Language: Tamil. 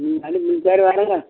ம் சரி வரேங்க